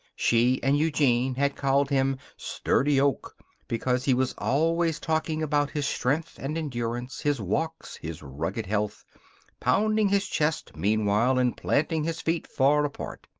she and eugene had called him sturdy oak because he was always talking about his strength and endurance, his walks, his rugged health pounding his chest meanwhile and planting his feet far apart.